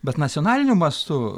bet nacionaliniu mastu